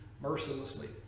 mercilessly